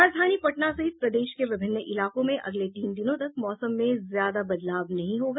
राजधानी पटना सहित प्रदेश के विभिन्न इलाकों में अगले तीन दिनों तक मौसम में ज्यदा बदलाव नहीं होगा